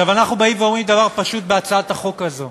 אנחנו אומרים דבר פשוט בהצעת החוק הזו: